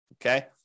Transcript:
Okay